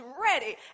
ready